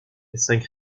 cinq